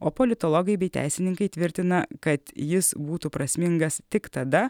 o politologai bei teisininkai tvirtina kad jis būtų prasmingas tik tada